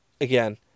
again